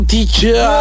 Teacher